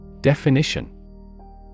Definition